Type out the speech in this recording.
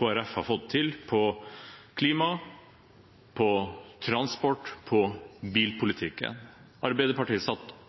Folkeparti har fått til på klima, på transport, på bilpolitikk. Arbeiderpartiet satt sammen med SV i åtte år og fikk ingenting til. Så det er